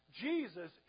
Jesus